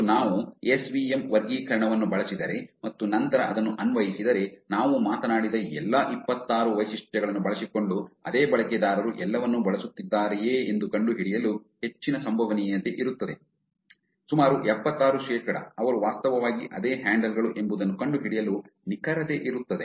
ಮತ್ತು ನಾವು S V M ವರ್ಗೀಕರಣವನ್ನು ಬಳಸಿದರೆ ಮತ್ತು ನಂತರ ಅದನ್ನು ಅನ್ವಯಿಸಿದರೆ ನಾವು ಮಾತನಾಡಿದ ಎಲ್ಲಾ ಇಪ್ಪತ್ತಾರು ವೈಶಿಷ್ಟ್ಯಗಳನ್ನು ಬಳಸಿಕೊಂಡು ಅದೇ ಬಳಕೆದಾರರು ಎಲ್ಲವನ್ನು ಬಳಸುತ್ತಿದ್ದಾರೆಯೇ ಎಂದು ಕಂಡುಹಿಡಿಯಲು ಹೆಚ್ಚಿನ ಸಂಭವನೀಯತೆ ಇರುತ್ತದೆ ಸುಮಾರು ಎಪ್ಪತ್ತಾರು ಶೇಕಡಾ ಅವರು ವಾಸ್ತವವಾಗಿ ಅದೇ ಹ್ಯಾಂಡಲ್ ಗಳು ಎಂಬುದನ್ನು ಕಂಡುಹಿಡಿಯಲು ನಿಖರತೆ ಇರುತ್ತದೆ